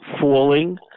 falling